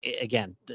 again